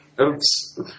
Oops